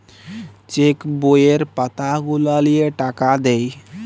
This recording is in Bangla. চেক বইয়ের পাতা গুলা লিয়ে টাকা দেয়